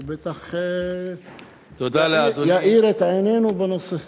הוא בטח יאיר את עינינו בנושא.